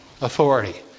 authority